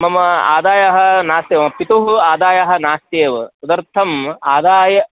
मम आदायः नास्ति मम पितुः आदायः नास्ति एव तदर्थम् आदाय